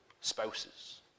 spouses